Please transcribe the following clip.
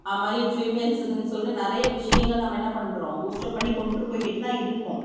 அது மாதிரி ஃபீமேல்ஸ்க்குன்னு சொல்லிட்டு நிறைய விஷயங்கள் நம்ம என்ன பண்ணுறோம் பூஸ்ட் அப் பண்ணி கொண்டு போயிக்கிட்டு தான் இருக்கோம்